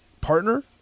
partner